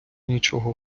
нічого